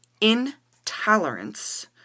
intolerance